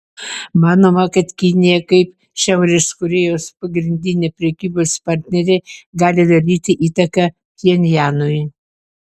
manoma kad kinija kaip šiaurės korėjos pagrindinė prekybos partnerė gali daryti įtaką pchenjanui